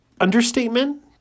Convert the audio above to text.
understatement